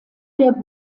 der